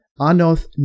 anoth